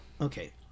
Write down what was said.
Okay